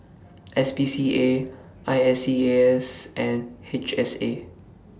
S P C A I S E A S and H S A